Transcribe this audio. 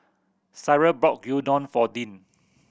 Cyril bought Gyudon for Dean